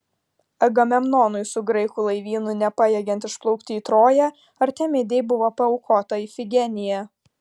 agamemnonui su graikų laivynu nepajėgiant išplaukti į troją artemidei buvo paaukota ifigenija